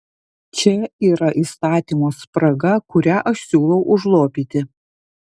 čia yra įstatymo spraga kurią aš siūlau užlopyti